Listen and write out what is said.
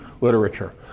literature